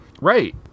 Right